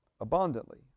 abundantly